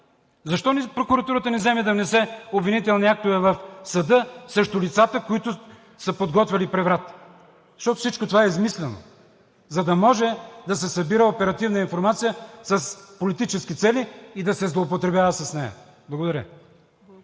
Защо прокуратурата не вземе да внесе обвинителни актове в съда срещу лицата, които са подготвяли преврат? Защото всичко това е измислено, за да може да се събира оперативна информация с политически цели и да се злоупотребява с нея. Благодаря.